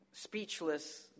speechless